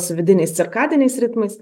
su vidiniais cirkadiniais ritmais